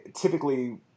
typically